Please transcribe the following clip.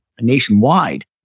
nationwide